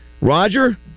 Roger